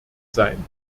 sein